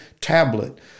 tablet